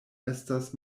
estas